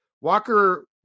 Walker